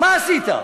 מה עשית?